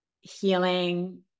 healing